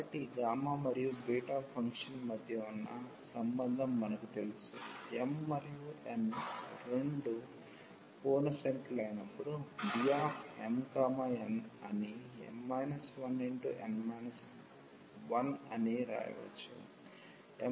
కాబట్టి ఈ గామా మరియు బీటా ఫంక్షన్ మధ్య ఉన్న సంబంధం మనకు తెలుసు m మరియు n రెండూ పూర్ణ సంఖ్యలైనప్పుడు Bmn అని అని వ్రాయవచ్చు